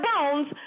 bones